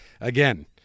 Again